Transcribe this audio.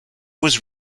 was